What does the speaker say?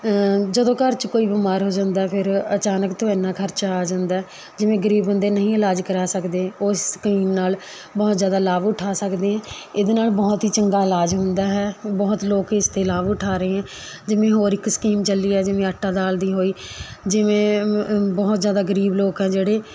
ਜਦੋਂ ਘਰ 'ਚ ਕੋਈ ਬਿਮਾਰ ਹੋ ਜਾਂਦਾ ਫਿਰ ਅਚਾਨਕ ਤੋਂ ਐਨਾ ਖਰਚਾ ਆ ਜਾਂਦਾ ਜਿਵੇਂ ਗਰੀਬ ਬੰਦੇ ਨਹੀਂ ਇਲਾਜ ਕਰਵਾ ਸਕਦੇ ਉਸ ਸਕੀਮ ਨਾਲ਼ ਬਹੁਤ ਜ਼ਿਆਦਾ ਲਾਭ ਉਠਾ ਸਕਦੇ ਹੈ ਇਹਦੇ ਨਾਲ਼ ਬਹੁਤ ਹੀ ਚੰਗਾ ਇਲਾਜ ਹੁੰਦਾ ਹੈ ਬਹੁਤ ਲੋਕ ਇਸ ਤੋਂ ਲਾਭ ਉਠਾ ਰਹੇ ਹੈ ਜਿਵੇਂ ਹੋਰ ਇੱਕ ਸਕੀਮ ਚੱਲੀ ਹੈ ਜਿਵੇਂ ਆਟਾ ਦਾਲ ਦੀ ਹੋਈ ਜਿਵੇਂ ਬਹੁਤ ਜ਼ਿਆਦਾ ਗਰੀਬ ਲੋਕ ਆ ਜਿਹੜੇ